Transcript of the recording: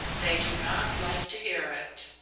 they do not like to hear it.